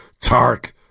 Tark